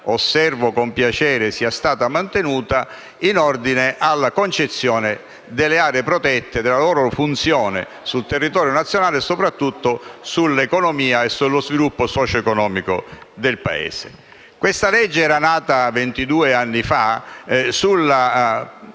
osservo con piacere è stata mantenuta - in ordine alla concezione delle aree protette, della loro funzione sul territorio nazionale e soprattutto sull'economia e sullo sviluppo socioeconomico del Paese. Questa legge era nata ventidue anni fa per